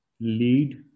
lead